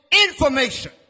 information